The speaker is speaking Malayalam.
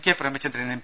K Premachandran M